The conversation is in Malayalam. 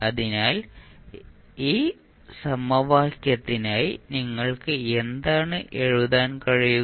അതിനാൽ ഈ സമവാക്യത്തിനായി നിങ്ങൾക്ക് എന്താണ് എഴുതാൻ കഴിയുക